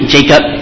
Jacob